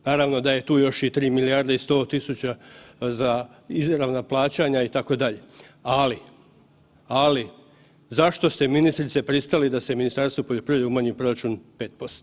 Naravno da je tu još i 3 milijarde i 100 tisuća za izravna plaćanja itd., ali, ali zašto ste ministrice pristali da se Ministarstvu poljoprivrede umanji proračun 5%